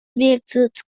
viaduct